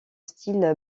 style